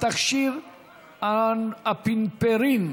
ברשות יושב-ראש הישיבה,